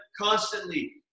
constantly